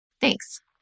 Thanks